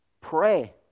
Pray